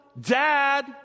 Dad